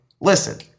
Listen